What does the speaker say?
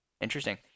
Interesting